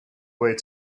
wait